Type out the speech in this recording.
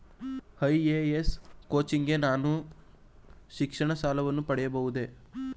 IAS coaching ಗೆ ನಾನು ಶಿಕ್ಷಣ ಸಾಲವನ್ನು ಪಡೆಯಬಹುದೇ?